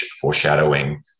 foreshadowing